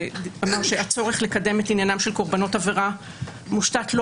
שאמר שהצורך לקדם את עניינם של קרבנות עבירה מושתת לא